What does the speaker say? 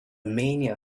mania